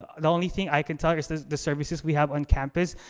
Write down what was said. ah the only thing i can tell her is the the services we have on campus.